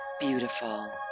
Beautiful